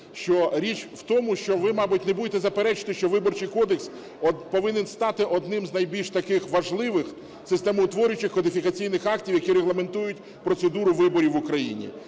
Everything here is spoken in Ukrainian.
річ в тому, що ви, мабуть, не будете заперечувати, що Виборчий кодекс повинен стати одним з найбільш таких важливих системо утворюючих кодифікаційних актів, які регламентують процедури виборів в Україні.